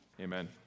Amen